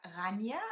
Rania